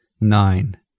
nine